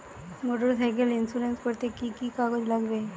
Motorcycle insurance করতে কি কি কাগজ লাগবে?